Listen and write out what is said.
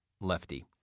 Lefty